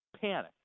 panic